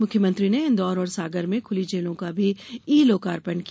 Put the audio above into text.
मुख्यमंत्री ने इंदौर और सागर में खुली जेलों का भी ई लोकार्पण किया